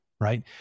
right